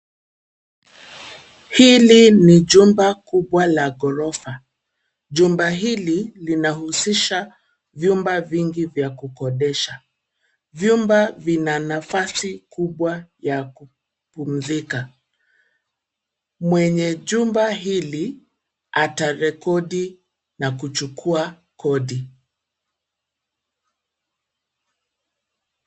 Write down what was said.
Hili ni jumba kubwa la ghorofa. Jumba hili linahusisha vyumba vingi vya kukodesha. Vyumba vina nafasi kubwa ya kupumzika. Mwenye jumba hili atarekodi na kuchukua kodi.